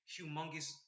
humongous